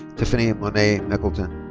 tiffany monae mckelton.